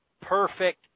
perfect